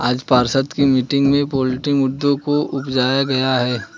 आज पार्षद की मीटिंग में पोल्ट्री मुद्दों को उजागर किया गया